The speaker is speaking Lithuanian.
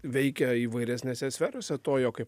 veikia įvairesnėse sferose to jo kaip